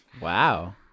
Wow